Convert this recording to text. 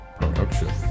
Production